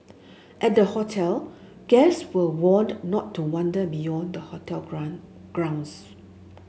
at the hotel guest were warned not to wander beyond the hotel ground grounds